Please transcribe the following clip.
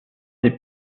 des